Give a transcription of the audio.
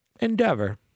Endeavor